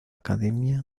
academia